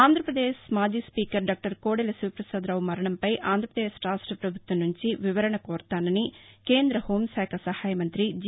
ఆంధ్రాపదేశ్ మాజీ speaker doctor Kodela శివపసాద రావు మరణంపై ఆంధ్రాపదేశ్ రాష్ట ప్రభుత్వం నుంచి వివరణ కోరతానని కేంద్ర హెూం శాఖ సహాయ మంతి జి